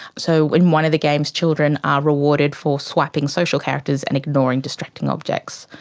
so in one of the games children are rewarded for swiping social characters and ignoring distracting objects.